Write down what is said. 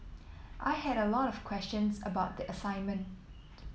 I had a lot of questions about the assignment